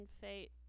fate